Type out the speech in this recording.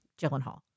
Gyllenhaal